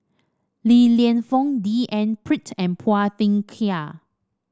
Li Lienfung D N Pritt and Phua Thin Kiay